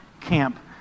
camp